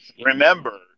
Remember